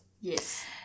Yes